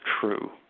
true